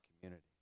community